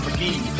McGee